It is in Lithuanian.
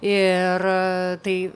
ir tai